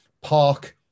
park